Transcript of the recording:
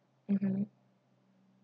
mmhmm